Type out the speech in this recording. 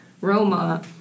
Roma